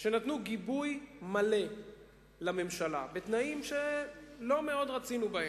שנתנו גיבוי מלא לממשלה בתנאים שלא מאוד רצינו בהם.